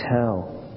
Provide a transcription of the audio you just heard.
tell